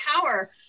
power